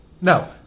No